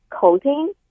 coating